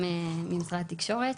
גם ממשרד התקשורת,